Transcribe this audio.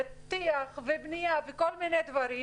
טיח ובנייה וכל מיני דברים